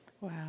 Wow